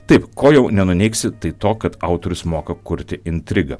taip ko jau nenuneigsi tai to kad autorius moka kurti intrigą